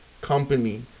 company